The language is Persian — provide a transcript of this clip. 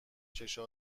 چشم